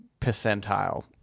percentile